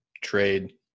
trade